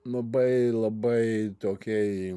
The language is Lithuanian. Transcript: labai labai tokiai